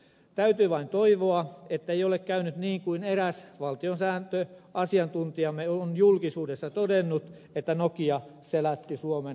täytyy vain toivoa ettei ole käynyt niin kuin eräs valtiosääntöasiantuntijamme on julkisuudessa todennut että nokia selätti suomen perustuslain